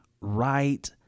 right